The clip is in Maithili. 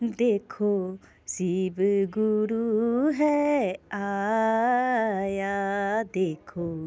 देखो शिव गुरु है आया देखो